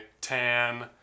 Tan